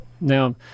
Now